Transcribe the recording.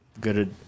good